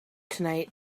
tonight